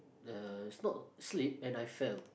the it's not slip and I fell